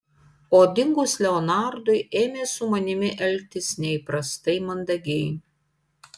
o dingus leonardui ėmė su manimi elgtis neįprastai mandagiai